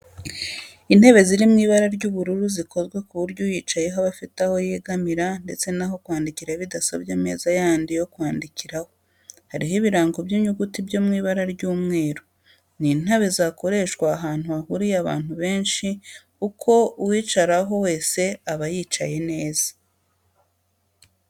Intebe ziri mu ibara ry'ubururu zikozwe ku buryo uyicayeho aba afite aho yegamira ndetse n'aho kwandikira bidasabye ameza yandi yo kwandikiraho, hariho ibirango by'inyuguti byo mu ibara ry'umweru. Ni intebe zakoreshwa ahantu hahuriye abantu benshi kuko uwayicaraho wese yaba yicaye neza.